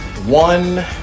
one